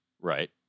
Right